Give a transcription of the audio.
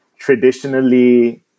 traditionally